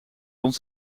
rond